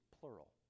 plural